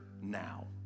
now